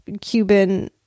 Cuban